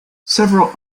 several